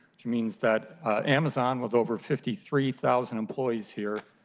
which means that amazon, with over fifty three thousand employees here,